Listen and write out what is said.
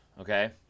okay